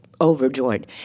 overjoyed